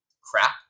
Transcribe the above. crap